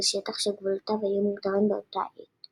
לשטח שגבולותיו היו מוגדרים באותה עת.